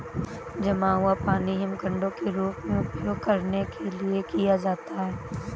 जमा हुआ पानी हिमखंडों के रूप में उपयोग करने के लिए किया जाता है